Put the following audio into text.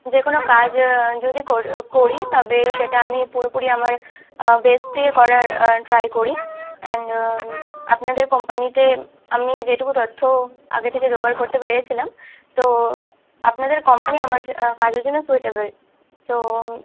যে কোনো কাজ যদি করি তবে সেটা আমি পুরোপুরি আমার বেস্ট দিয়ে করার ট্রাই করি অ্যান্ড আপনাদের কোম্পানিতে আমি যেটুকু তথ্য আগে থেকে জোগাড় করতে পেরেছিলাম তো আপনাদের কোম্পানি আমার জ কাজের জন্য সুইটেবেল সো